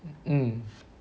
mm